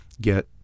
get